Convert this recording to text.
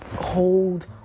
hold